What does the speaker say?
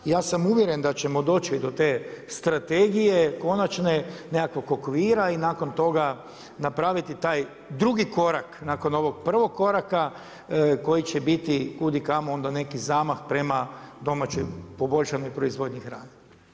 Ja sam uvjeren da ćemo doći do te strategije konačne, nekakvog okvira i nakon toga napraviti taj drugi korak nakon ovog prvog koraka koji će biti kud i kamo onda neki zamah prema domaćoj poboljšanoj proizvodnji hrane.